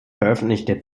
veröffentlichte